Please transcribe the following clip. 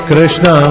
Krishna